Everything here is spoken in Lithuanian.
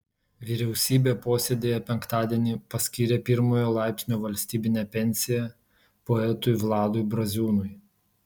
vyriausybė posėdyje penktadienį paskyrė pirmojo laipsnio valstybinę pensiją poetui vladui braziūnui